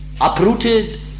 uprooted